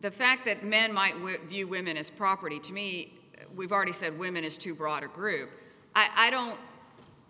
the fact that men might we view women as property to me we've already said women is too broad a group i don't